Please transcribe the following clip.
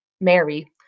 Mary